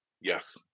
Yes